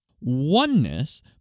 Oneness